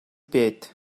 bed